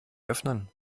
öffnen